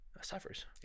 suffers